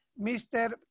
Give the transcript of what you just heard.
Mr